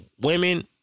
Women